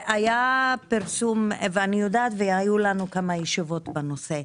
היה לנו פרסום והיו גם כמה ישיבות בנושא.